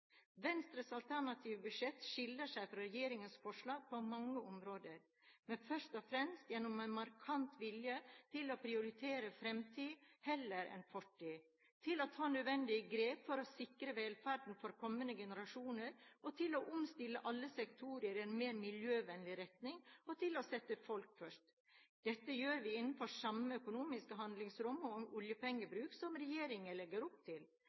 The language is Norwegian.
Venstres alternative budsjett skiller seg fra regjeringens forslag på mange områder, men først og fremst gjennom en markant vilje til å prioritere fremtid heller enn fortid, til å ta nødvendige grep for å sikre velferden for kommende generasjoner, til å omstille alle sektorer i en mer miljøvennlig retning og til å sette folk først. Dette gjør vi innenfor samme økonomiske handlingsrom og oljepengebruk som regjeringen legger opp til.